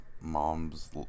mom's